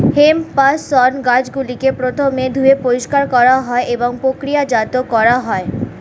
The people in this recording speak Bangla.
হেম্প বা শণ গাছগুলিকে প্রথমে ধুয়ে পরিষ্কার করা হয় এবং প্রক্রিয়াজাত করা হয়